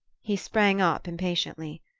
he sprang up impatiently.